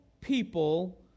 people